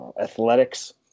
athletics